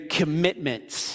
commitments